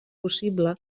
possible